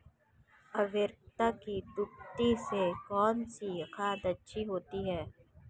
उर्वरकता की दृष्टि से कौनसी खाद अच्छी होती है?